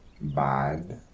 bad